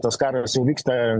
tas karas jau vyksta